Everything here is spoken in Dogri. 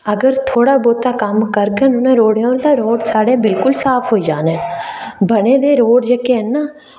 अगर थोह्ड़ा बौह्ता कम्म करगन ना रोड़ें दा होर तां रोड़ साढ़े बिल्कुल साफ होई जाने बने दे रोड़ जेह्के हैन ना